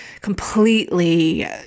completely